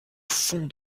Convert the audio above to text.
fond